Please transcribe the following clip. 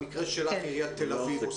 במקרה שלך עיריית תל אביב,